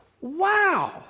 Wow